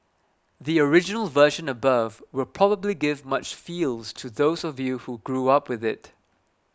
the original version above will probably give much feels to those of you who grew up with it